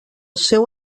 seu